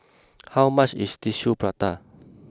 how much is Tissue Prata